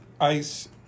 ICE